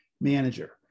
manager